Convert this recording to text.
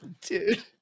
Dude